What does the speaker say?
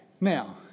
Now